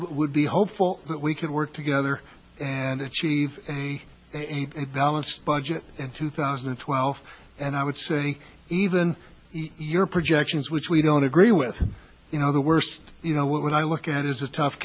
would be hopeful that we could work together and achieve balanced budget in two thousand and twelve and i would say even your projections which we don't agree with you know the worst you know what would i look at is a tough